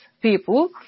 people